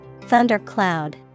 Thundercloud